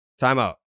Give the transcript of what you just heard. Timeout